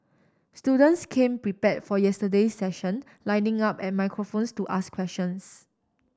students came prepare for yesterday's session lining up at microphones to ask questions